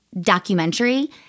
documentary